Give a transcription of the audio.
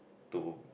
to